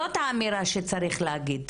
זאת האמירה שצריך להגיד.